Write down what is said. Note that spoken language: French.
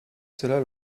cela